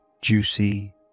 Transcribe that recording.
juicy